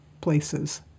Places